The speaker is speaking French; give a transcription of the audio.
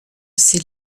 ces